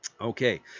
Okay